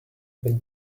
been